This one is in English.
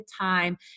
time